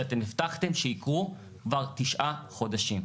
שאתם הבטחתם שיקרו כבר תשעה חודשים.